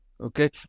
Okay